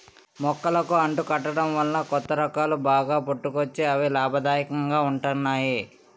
మొక్కలకు అంటు కట్టడం వలన కొత్త రకాలు బాగా పుట్టుకొచ్చి అవి లాభదాయకంగా ఉంటున్నాయి